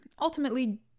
ultimately